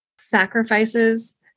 sacrifices